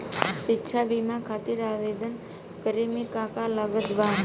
शिक्षा बीमा खातिर आवेदन करे म का का लागत बा?